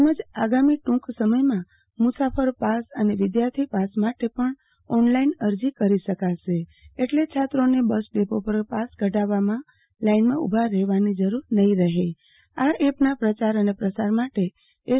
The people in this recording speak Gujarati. તેમજ આગામી ટુંક સમયમાં મુસાફર પાસ અને વિધાર્થી પાસ માટે પણ ઓનલાઈન અરજી કરી શકાશે એટલે છાત્રોને બસ ડેપો પર પાસ કઢાવાવ લાઈનમાં ઉભા રહેવાની જરૂર નફી રહે આ એપના પ્રચાર અને પ્રસાર માટે એસ